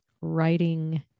writing